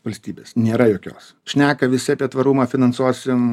valstybės nėra jokios šneka visi apie tvarumą finansuosim